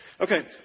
Okay